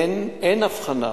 אין הבחנה,